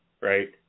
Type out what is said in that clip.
right